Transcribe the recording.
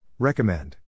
Recommend